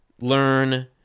learn